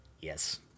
Yes